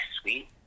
Sweet